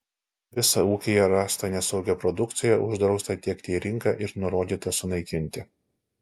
visą ūkyje rastą nesaugią produkciją uždrausta tiekti į rinką ir nurodyta sunaikinti